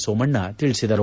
ಸೋಮಣ್ಣ ತಿಳಿಸಿದರು